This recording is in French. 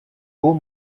haut